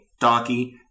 donkey